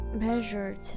Measured